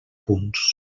punts